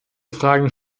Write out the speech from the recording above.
fragen